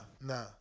nah